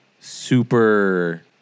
super